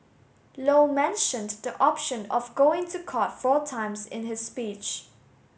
low mentioned the option of going to court four times in his speech